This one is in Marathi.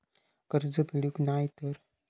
कर्ज फेडूक नाय तर?